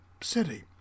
city